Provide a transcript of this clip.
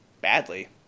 badly